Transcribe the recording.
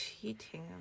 Cheating